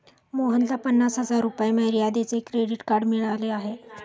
मोहनला पन्नास हजार रुपये मर्यादेचे क्रेडिट कार्ड मिळाले आहे